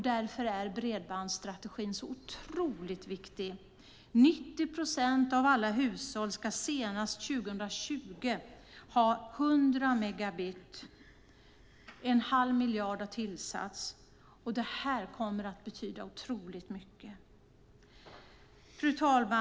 Därför är bredbandsstrategin så otroligt viktig. 90 procent av alla hushåll ska senast 2020 ha 100 megabits kapacitet. En halv miljard har tillsatts för detta. Det här kommer att betyda otroligt mycket. Fru talman!